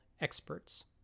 Experts